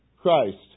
Christ